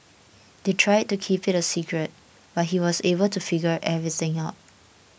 they tried to keep it a secret but he was able to figure everything out